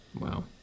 Wow